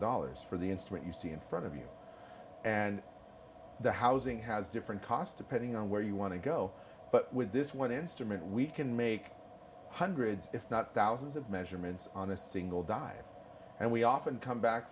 dollars for the instrument you see in front of you and the housing has different cost depending on where you want to go but with this one instrument we can make hundreds if not thousands of measurements on a single die and we often come back